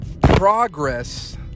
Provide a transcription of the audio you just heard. progress